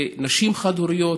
נשים חד-הוריות,